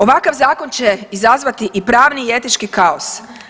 Ovakav zakon će izazvati i pravni i etički kaos.